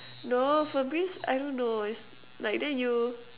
no Febreeze I don't know is like then you